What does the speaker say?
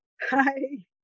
Hi